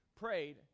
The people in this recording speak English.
prayed